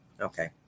Okay